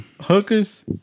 Hookers